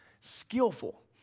skillful